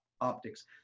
optics